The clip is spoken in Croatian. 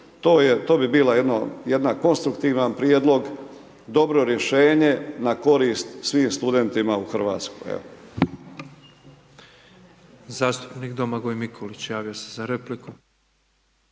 To bi bio jedan konstruktivan prijedlog, dobro rješenje na korist svim studentima u Hrvatskoj.